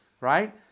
right